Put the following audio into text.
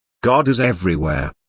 god is everywhere.